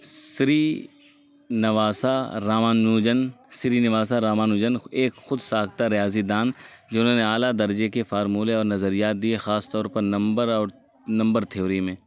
سری نواسا رامانوجن سرینواسا رامانوجن ایک خود ساختہ ریاضی دان جنہوں نے اعلیٰ درجے کے فارمولے اور نظریات دیے خاص طور پر نمبر اور نمبر تھیوری میں